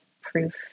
proof